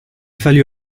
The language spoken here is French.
fallu